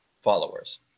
followers